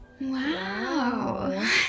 Wow